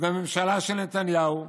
והממשלה של נתניהו,